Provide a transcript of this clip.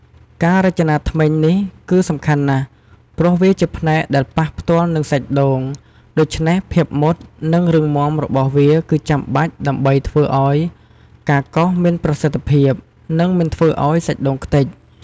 ការរចនាធ្មេញនេះគឺសំខាន់ណាស់ ព្រោះវាជាផ្នែកដែលប៉ះផ្ទាល់នឹងសាច់ដូង ដូច្នេះភាពមុត និងរឹងមាំរបស់វាគឺចាំបាច់ដើម្បីឱ្យការកោសមានប្រសិទ្ធភាព និងមិនធ្វើឱ្យសាច់ដូងខ្ទេច។